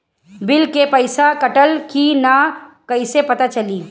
Bill के पइसा कटल कि न कइसे पता चलि?